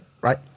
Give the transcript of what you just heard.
right